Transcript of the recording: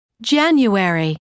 January